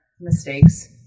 mistakes